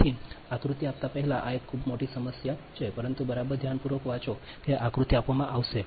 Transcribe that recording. તેથી આકૃતિ આપતા પહેલા આ એક ખૂબ મોટી સમસ્યા છે પરંતુ બરાબર ધ્યાનપૂર્વક વાંચો કે આકૃતિ આપવામાં આવશે